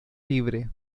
libre